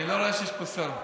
אני לא רואה שיש פה שר.